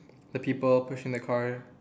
the people pushing the car